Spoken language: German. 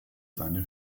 seine